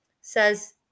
says